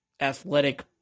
athletic